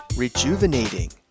Rejuvenating